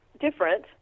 different